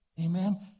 Amen